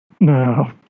no